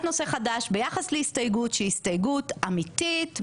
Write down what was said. נושא חדש ביחס להסתייגות שהיא הסתייגות אמיתית,